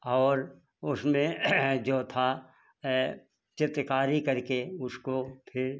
और उसमें जो था चित्रकारी करके उसको फिर